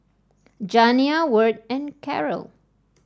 Janiah Wirt and Karyl